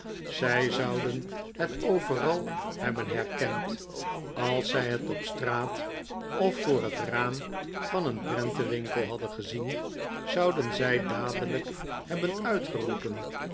zij zouden het overal hebben herkend als zij het op straat of voor het raam van een prentenwinkel hadden gezien zouden zij dadelijk hebben uitgeroepen